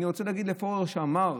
אני רוצה להגיד לפורר שאמר,